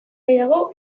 gehiago